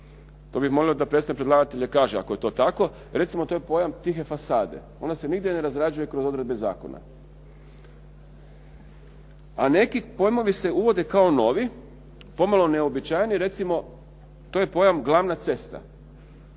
To bih molio da predstavnik predlagatelja kaže ako je to tako. Recimo to je pojam tihe fasade. Ona se nigdje ne razrađuje kroz odredbe zakona. A neki pojmovi se uvode kao novi, pomalo neuobičajeni, recimo to je pojam glavna cesta.